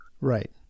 right